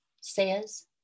says